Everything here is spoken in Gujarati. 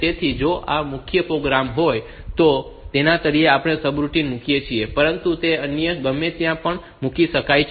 તેથી જો આ મુખ્ય પ્રોગ્રામ હોય તો તેના તળિયે આપણે સબરૂટિન મૂકીએ છીએ પરંતુ તે અન્ય ગમે ત્યાં પણ મૂકી શકાય છે